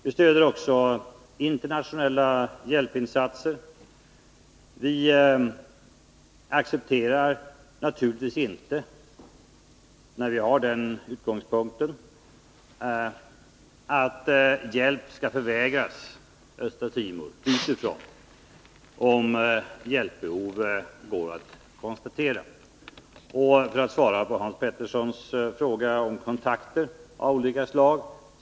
Vi stöder även internationella hjälpinsatser. Vi accepterar naturligtvis inte, att hjälp utifrån skall förvägras Östra Timor, om hjälpbehovet går att konstatera. Och, för att svara på Hans Peterssons fråga om kontakter av olika slag.